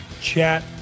chat